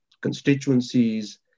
constituencies